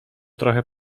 trochę